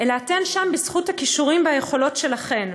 אלא אתן שם בזכות הכישורים והיכולת שלכן,